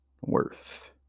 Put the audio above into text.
worth